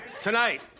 tonight